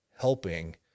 helping